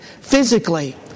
physically